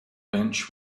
bench